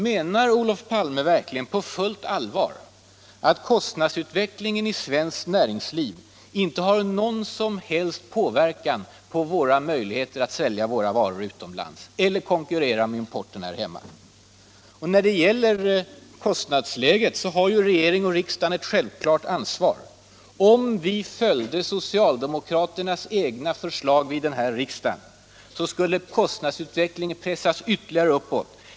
Menar Olof Palme verkligen på fullt allvar att kostnadsutvecklingen i svenskt näringsliv inte har någon som helst inverkan på våra möjligheter att sälja våra varor utomlands eller konkurrera med importen här hemma? När det gäller kostnadsläget har regering och riksdag ett självklart ansvar. Om vi följde socialdemokraternas egna förslag i denna riksdag skulle kostnadsutvecklingen pressas ytterligare uppåt.